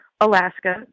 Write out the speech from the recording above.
Alaska